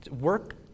work